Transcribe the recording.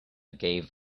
gave